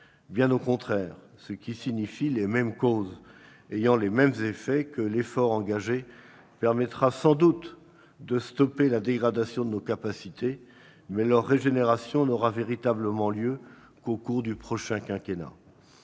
bien au contraire ! Cela signifie, les mêmes causes ayant les mêmes effets, que l'effort engagé permettra sans doute de stopper la dégradation de nos capacités, mais leur régénération n'aura véritablement lieu qu'au cours du prochain quinquennat.